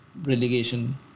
relegation